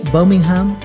Birmingham